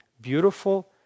beautiful